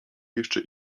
jeszcze